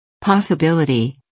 Possibility